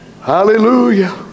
Hallelujah